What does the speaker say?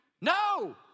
No